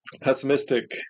pessimistic